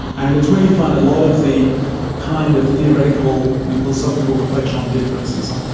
and it's where you find a lot of the kind of theoretical and philosophical reflection on difference and so on.